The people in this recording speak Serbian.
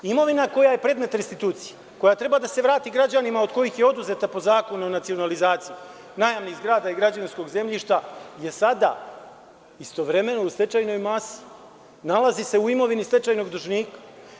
Imovina koja je predmet restitucije, koja treba da se vrati građanima od kojih je oduzeta po Zakonu o nacionalizaciji, najamnih zgrada i građevinskog zemljišta je sada istovremeno u stečajnoj masi, nalazi se u imovini stečajnog dužnika.